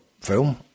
film